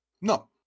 no